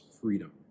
freedom